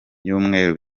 y’ibyumweru